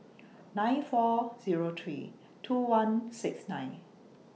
nine four Zero three two one six nine